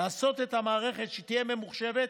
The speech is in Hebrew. לעשות שהמערכת תהיה ממוחשבת.